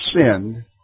sinned